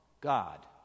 God